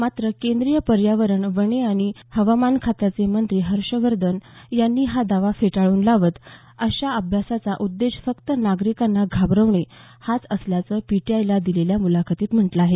मात्र केंद्रीय पर्यावरण वने आणि हवामान खात्याचे मंत्री हर्षवर्धन यांनी हा दावा फेटाळून लावत अशा अभ्यासाचा उद्देश फक्त नागरिकांना घाबरवणे हाच असल्याचं पीटीआयला दिलेल्या मुलाखतीत म्हटलं आहे